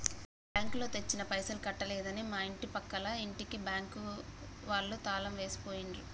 బ్యాంకులో తెచ్చిన పైసలు కట్టలేదని మా ఇంటి పక్కల ఇంటికి బ్యాంకు వాళ్ళు తాళం వేసి పోయిండ్రు